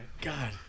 God